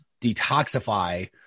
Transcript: detoxify